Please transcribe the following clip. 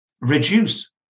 reduce